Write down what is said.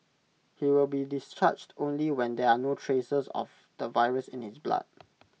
he will be discharged only when there are no traces of the virus in his blood